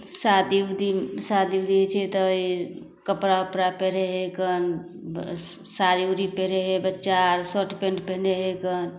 शादी उदी शादी उदी होइ छै तऽ ई कपड़ा उपड़ा पहिरै हइकन बस साड़ी उड़ी पहिरै हइ बच्चा आओर शर्ट पैन्ट पहिरै हइकन